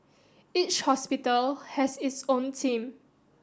each hospital has its own team